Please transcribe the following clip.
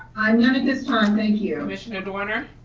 not at this time, thank you commissioner doerner.